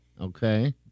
Okay